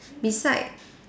beside